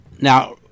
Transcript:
now